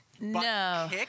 No